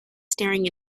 staring